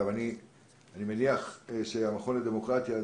אני מניח שהמכון לדמוקרטיה,